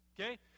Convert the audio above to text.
Okay